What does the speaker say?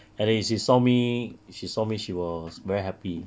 and when she saw me she saw me she was very happy